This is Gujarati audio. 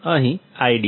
અહીં ID છે